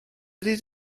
ydy